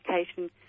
education